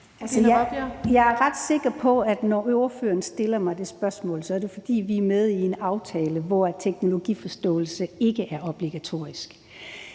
Jeg er ret sikker på, at når ordføreren stiller mig det spørgsmål, er det, fordi vi er med i en aftale, hvor teknologiforståelse ikke er obligatorisk.